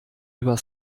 über